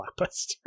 blockbuster